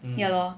mm